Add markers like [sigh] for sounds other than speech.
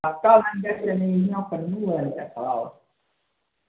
[unintelligible]